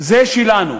זה שלנו,